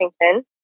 Washington